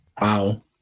wow